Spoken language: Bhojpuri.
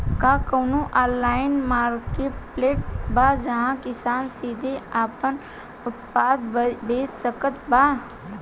का कउनों ऑनलाइन मार्केटप्लेस बा जहां किसान सीधे आपन उत्पाद बेच सकत बा?